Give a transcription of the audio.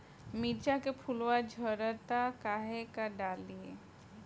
मिरचा के फुलवा झड़ता काहे का डाली?